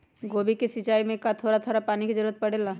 गोभी के सिचाई में का थोड़ा थोड़ा पानी के जरूरत परे ला?